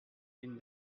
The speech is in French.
une